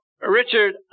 Richard